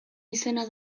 izena